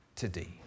today